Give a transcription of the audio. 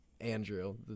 Andrew